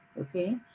Okay